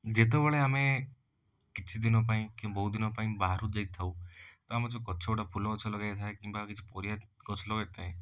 ଯେତେବେଳେ ଆମେ କିଛି ଦିନ ପାଇଁକି ବହୁଦିନ ପାଇଁ ବାହାରକୁ ଯାଇଥାଉ ତ ଆମର ଯେଉଁ ଗଛଗୁଡ଼ା ଫୁଲ ଗଛ ଲଗାଯାଇଥାଏ କିମ୍ବା କିଛି ପରିବା ଗଛ ଲଗାଯାଇଥାଏ